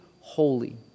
holy